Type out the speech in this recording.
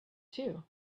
too